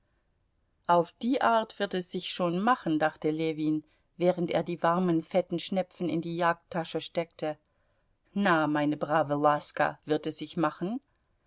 auf die art wird es sich schon machen dachte ljewin während er die warmen fetten schnepfen in die jagdtasche steckte na meine brave laska wird es sich machen